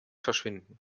verschwinden